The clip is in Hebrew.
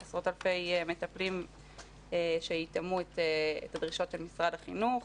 מטפלים שיתאמו את הדרישות של משרד החינוך,